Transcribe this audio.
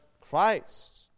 Christ